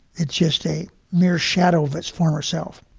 it's just a mere shadow of its former self